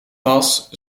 pas